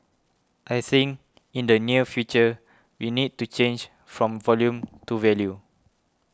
I think in the near future we need to change from volume to value